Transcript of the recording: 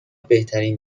بهترین